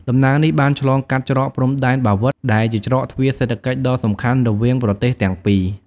ដំណើរនេះបានឆ្លងកាត់ច្រកព្រំដែនបាវិត ដែលជាច្រកទ្វារសេដ្ឋកិច្ចដ៏សំខាន់រវាងប្រទេសទាំងពីរ។